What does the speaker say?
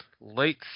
late